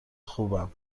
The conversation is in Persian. خوبم